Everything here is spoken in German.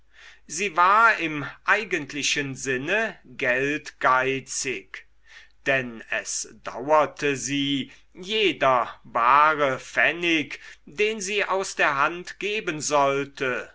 sie war im eigentlichen sinne geldgeizig denn es dauerte sie jeder bare pfennig den sie aus der hand geben sollte